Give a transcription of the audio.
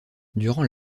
durant